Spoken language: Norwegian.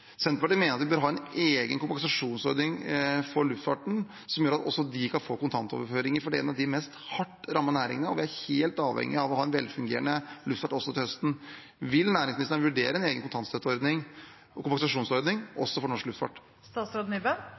Senterpartiet mener at vi bør ha en egen kompensasjonsordning for luftfarten som gjør at også de kan få kontantoverføringer. Det er en av de hardest rammede næringene, og vi er helt avhengige av å ha en velfungerende luftfart til høsten. Vil næringsministeren vurdere en egen kontantstøtteordning og en kompensasjonsordning også for norsk luftfart?